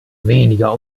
weniger